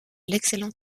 l’excellent